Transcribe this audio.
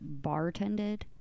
bartended